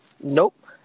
Nope